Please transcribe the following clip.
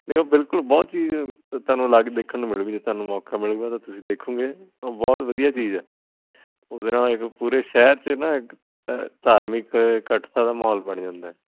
ਨਹੀਂ ਉਹ ਬਿਲਕੁਲ ਬਹੁਤ ਚੀਜ਼ ਤੁਹਾਨੂੰ ਅਲੱਗ ਦੇਖਣ ਨੂੰ ਮਿਲੂਗੀ ਜੇ ਤੁਹਾਨੂੰ ਮੌਕਾ ਮਿਲੂਗਾ ਤਾਂ ਤੁਸੀਂ ਦੇਖੋਗੇ ਬਹੁਤ ਵਧੀਆ ਚੀਜ਼ ਹੈ ਉਹਦੇ ਨਾਲ ਇੱਕ ਪੂਰੇ ਸ਼ਹਿਰ 'ਚ ਨਾ ਇੱਕ ਧਾਰਮਿਕ ਇਕੱਠਤਾ ਦਾ ਮਾਹੌਲ ਬਣ ਜਾਂਦਾ ਹੈ